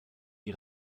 die